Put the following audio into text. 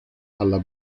alla